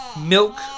Milk